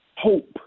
hope